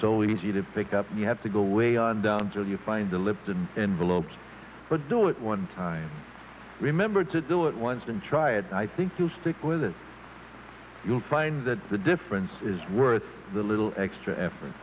so easy to pick up you have to go way on down till you find the lipton envelopes but do it one time remember to do it once and try it i think you'll stick with it's you'll find that the difference is worth the little extra effort